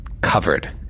Covered